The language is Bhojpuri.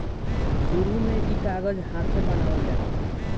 शुरु में ई कागज हाथे बनावल जाओ